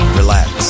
relax